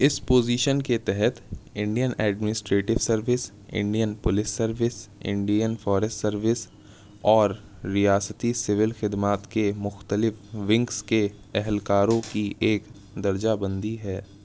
اِس پوزیشن کے تحت Indian administrative service Indian police service Indian forest service اور ریاستی سول خدمات کے مختلف ونگز کے اہلکاروں کی ایک درجہ بندی ہے